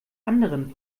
anderen